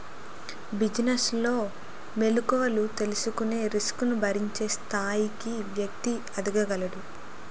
business లో మెలుకువలు తెలుసుకొని రిస్క్ ను భరించే స్థాయికి వ్యక్తి ఎదగగలడు